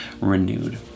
renewed